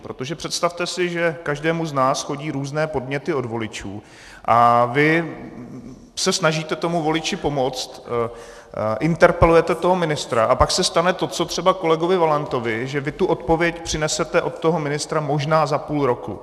Protože představte si, že každému z nás chodí různé podněty od voličů a vy se snažíte tomu voliči pomoct, interpelujete toho ministra a pak se stane to, co třeba kolegovi Valentovi, že vy tu odpověď přinesete od toho ministra možná za půl roku.